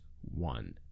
one